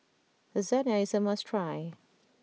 Lasagne is a must try